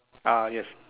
ah yes